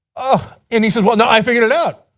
ah and he said, well now i figured it out.